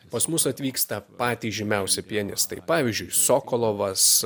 pas mus atvyksta patys žymiausi pianistai pavyzdžiui sokolovas